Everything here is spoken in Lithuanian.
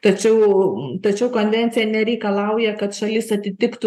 tačiau tačiau konvencija nereikalauja kad šalis atitiktų